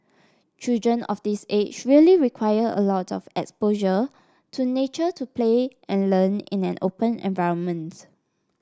children of this age really require a lot of exposure to nature to play and learn in an open environment